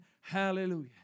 Hallelujah